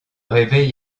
réveil